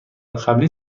قبلی